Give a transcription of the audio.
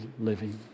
living